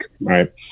Right